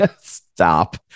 stop